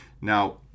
Now